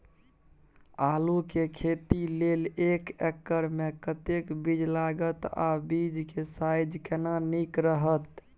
आलू के खेती लेल एक एकर मे कतेक बीज लागत आ बीज के साइज केना नीक रहत?